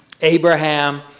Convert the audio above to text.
Abraham